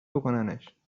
بکننش